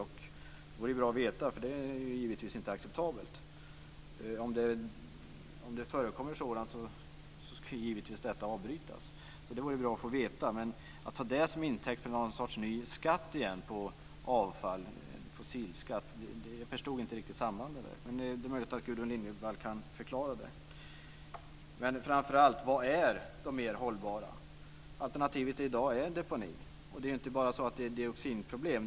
Det vore bra att veta, eftersom det givetvis inte är acceptabelt. Om detta förekommer ska det givetvis avbrytas. Det vore därför bra att få veta det. Men jag förstod inte riktigt sambandet, att ta det till intäkt för någon sorts ny skatt igen på avfall, fossilskatt. Men det är möjligt att Gudrun Lindvall kan förklara det. Men framför allt, vilka är de mer hållbara alternativen? Alternativet i dag är deponi. Och man har inte bara dioxinproblem.